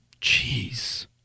Jeez